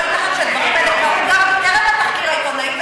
לא ייתכן שהדברים האלה קרו במסגרת התחקיר העיתונאי,